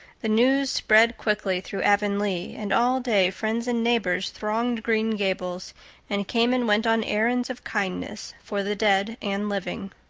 the news spread quickly through avonlea, and all day friends and neighbors thronged green gables and came and went on errands of kindness for the dead and living.